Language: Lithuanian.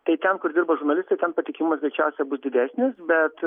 tai ten kur dirba žurnalistai ten patikimumas greičiausiai bus didesnis bet